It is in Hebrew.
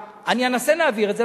ואנסה להעביר את זה.